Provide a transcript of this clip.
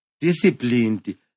disciplined